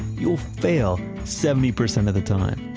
you'll fail seventy percent of the time.